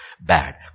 bad